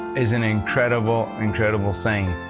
is an incredible, incredible thing.